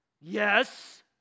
Yes